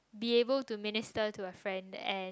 be able to minister to a friend and